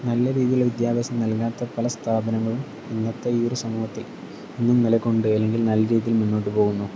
നല്ല രീതിയിൽ ഉള്ള വിദ്യാഭ്യാസം നൽകാത്ത പല സ്ഥാപനങ്ങളും ഇന്നത്തെ ഈ ഒരു സമൂഹത്തിൽ ഇന്നും നിലകൊണ്ട് അല്ലെങ്കിൽ നല്ല രീതിയിൽ മുന്നോട്ട് പോകുന്നു